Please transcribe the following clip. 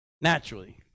Naturally